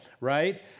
right